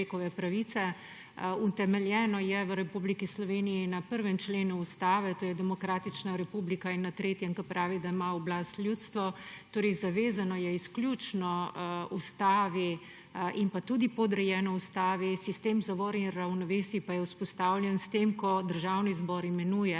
človekove pravice. Utemeljeno je v Republiki Sloveniji na 1. členu Ustave, to je demokratična republika, in na 3. členu, ko pravi, da ima oblast ljudstvo. Zavezano je izključno ustavi in tudi podrejeno ustavi. Sistem zavor in ravnovesij pa je vzpostavljen s tem, ko Državni zbor imenuje